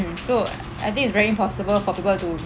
so I think it's very impossible for people to